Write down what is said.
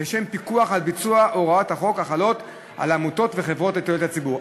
לשם פיקוח על ביצוע הוראות החוק החלות על עמותות וחברות לתועלת הציבור.